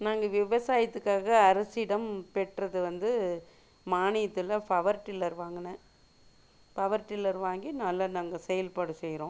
நாங்கள் விவசாயத்துக்காக அரசிடம் பெற்றது வந்து மானியத்தில் ஃபவர் டில்லர் வாங்கினேன் பவர் டில்லர் வாங்கி நல்லா நாங்கள் செயல்பாடு செய்றோம்